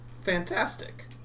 Fantastic